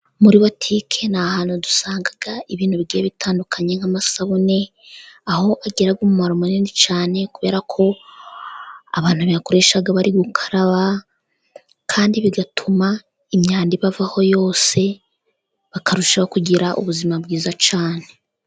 Muri butike ni ahantu dusanga ibintu bigiye bitandukanye, nk'amasabune aho agira umumaro munini cyane, kubera ko abantu bayakoresha bari gukaraba, kandi bigatuma imyanda ibavaho yose bakarushaho kugira ubuzima bwiza cyane.